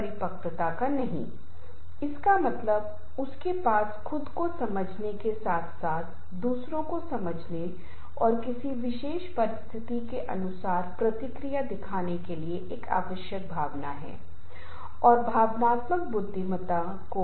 समूह के कामकाज में संबंध बहुत मायने रखता है अगर हम जो समूह बनाते हैं या बन रहे हैं समूह में सदस्य अगर वे एक नहीं हैं तो उन्हें एक दूसरे के साथ संबंध बनाने या कुछ अच्छे संबंध रखने के लिए कहा जा सकता है शायद उन्हें बातचीत करना मुश्किल हो सकता है